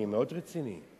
אני מאוד רציני.